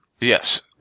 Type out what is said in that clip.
Yes